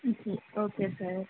okay okay sir